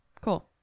cool